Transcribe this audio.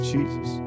Jesus